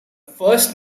first